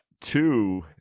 two